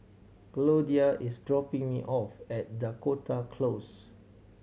Goldia is dropping me off at Dakota Close